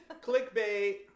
Clickbait